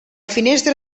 finestra